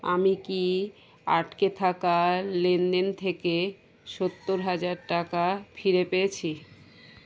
আমি কি আটকে থাকার লেনদেন থেকে সত্তর হাজার টাকা ফিরে পেয়েছি